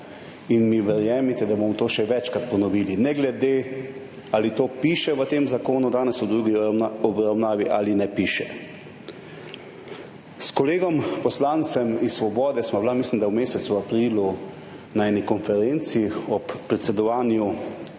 in mi verjemite, da bomo to še večkrat ponovili, ne glede na to, ali to piše v tem zakonu danes v drugi obravnavi ali ne piše. S kolegom poslancem iz Svobode sva bila, mislim, da v mesecu aprilu, na eni konferenci ob predsedovanju